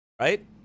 right